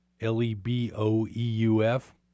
L-E-B-O-E-U-F